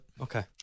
Okay